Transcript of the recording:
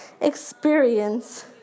experience